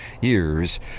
years